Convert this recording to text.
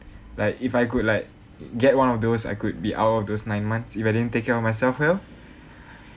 like if I could like get one of those I could be out of those nine months if I didn't take care of myself well